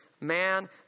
man